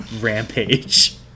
rampage